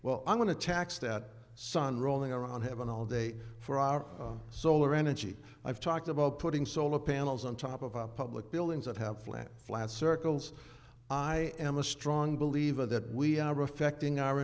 well i'm going to tax that sun rolling around heaven all day for our solar energy i've talked about putting solar panels on top of public buildings that have flat flat circles i am a strong believer that we are affecting our